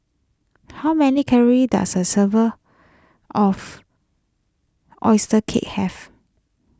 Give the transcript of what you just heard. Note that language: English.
how many calories does a server of Oyster Cake have